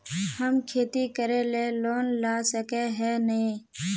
हम खेती करे ले लोन ला सके है नय?